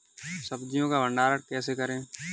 सब्जियों का भंडारण कैसे करें?